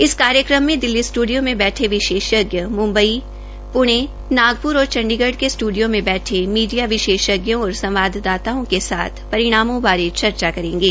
इस कार्यक्रम में दिल्ली स्टूडियो मे बैठे विशेषज्ञ मुम्बई पुणे नागपुर और चंडीगढ़ के स्ट्रडियों में बैठे मीडिया विशेषजों और संवाददाताओं के साथ परिणामों बारे चर्चा करेंगे